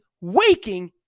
waking